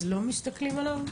אז לא מסתכלים עליו?